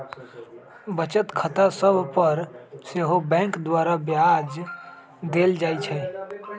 बचत खता सभ पर सेहो बैंक द्वारा ब्याज देल जाइ छइ